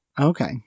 Okay